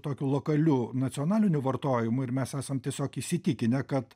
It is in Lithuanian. tokiu lokaliu nacionaliniu vartojimu ir mes esam tiesiog įsitikinę kad